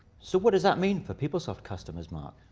so what does that mean for peoplesoft customers mark?